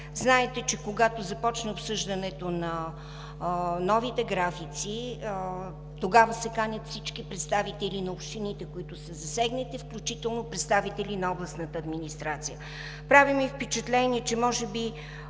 Знаете, че когато започне обсъждането на новите графици, тогава се канят всички представители на общините, които са засегнати, включително представители на областната администрация. Прави ми впечатление, че може би